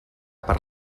per